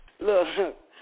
Look